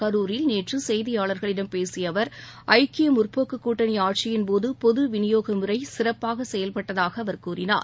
கரூரில் நேற்று செய்தியாளர்களிடம் பேசிய அவர் ஐக்கிய முற்போக்கு கூட்டணி ஆட்சியின்போது பொது விநியோக முறை சிறப்பாக செயல்பட்டதாக அவர் கூறினார்